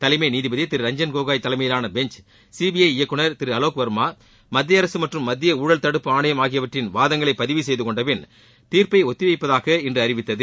தலைமை நீதிபதி திரு ரஞ்சன் கோகோய் தலைமையிலான பெஞ்ச் சிபிஐ இயக்குனர் திரு அலோக் வர்மா மத்திய அரசு மற்றும் மத்திய ஊழல் தடுப்பு ஆணையம் ஆகியவற்றின் வாதங்களை பதிவு செய்துகொண்டபின் தீர்ப்ளப ஒத்திவைப்பதாக இன்று அறிவித்தது